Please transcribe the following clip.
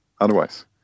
otherwise